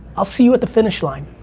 i'll see you at the finish line,